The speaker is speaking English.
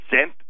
sent